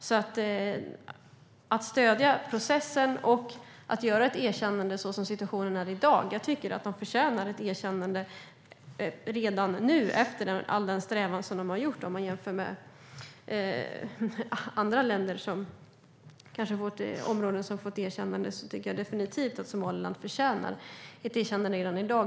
Så som situationen ser ut i dag tycker jag att landet förtjänar ett erkännande redan nu, efter all den strävan man lagt ned. Jämfört med andra länder och områden som kanske har fått erkännanden tycker jag definitivt att Somaliland förtjänar ett erkännande redan i dag.